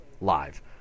live